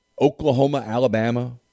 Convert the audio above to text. Oklahoma-Alabama